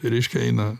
reiškia eina